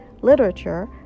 literature